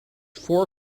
four